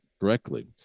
correctly